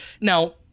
Now